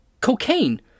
cocaine